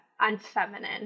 unfeminine